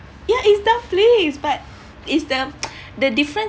ya it's the fleas but it's the the different